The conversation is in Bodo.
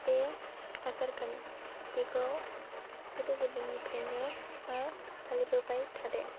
बे आसार खान्थिखौ गोदो गोदायनिफ्रािनो ओह फालिबोय थादों